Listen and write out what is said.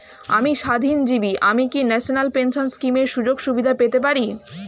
আমি স্বাধীনজীবী আমি কি ন্যাশনাল পেনশন স্কিমের সুযোগ সুবিধা পেতে পারি?